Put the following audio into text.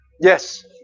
Yes